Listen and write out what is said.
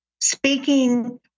speaking